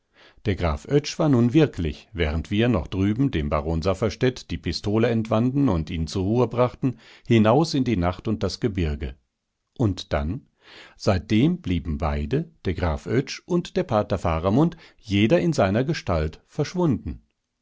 der graf oetsch war nun wirklich während wir noch drüben dem baron safferstädt die pistole entwanden und ihn zur ruhe brachten hinaus in die nacht und das gebirge und dann seitdem blieben beide der graf oetsch und der pater faramund jeder in seiner gestalt verschwunden